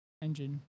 Engine